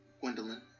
Gwendolyn